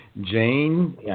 Jane